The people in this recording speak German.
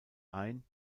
ein